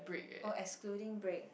oh excluding break